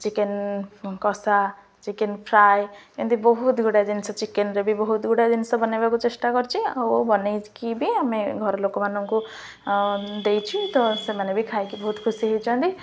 chicken କଷା chicken fry ଏମିତି ବହୁତ ଗୁଡ଼ିଏ ଜିନିଷ ଚିକେନରେ ବି ବହୁତ ଗୁଡ଼ାଏ ଜିନିଷ ବନାଇବାକୁ ଚେଷ୍ଟା କରିଛି ଆଉ ବନାଇକି ବି ଆମେ ଘର ଲୋକମାନଙ୍କୁ ଦେଇଛି ତ ସେମାନେ ବି ଖାଇକି ବହୁତ ଖୁସି ହେଇଛନ୍ତି